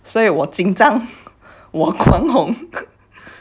所以我紧张我款恐